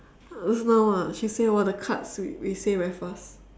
just now ah she say !wah! the cards we we say very fast